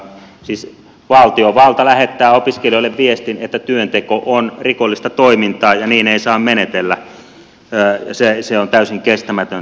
siis valtiovalta lähettää opiskelijoille viestin että työnteko on rikollista toimintaa ja niin ei saa menetellä ja se on täysin kestämätöntä